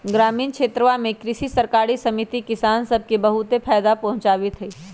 ग्रामीण क्षेत्रवा में कृषि सरकारी समिति किसान सब के बहुत फायदा पहुंचावीत हई